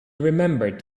remembered